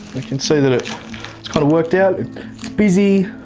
you can see that it kind of worked out. it's busy,